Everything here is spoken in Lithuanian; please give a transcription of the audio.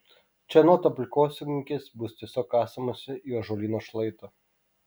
čia anot aplinkosaugininkės bus tiesiog kasamasi į ąžuolyno šlaitą